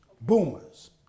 Boomers